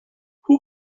who